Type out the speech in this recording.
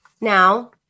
now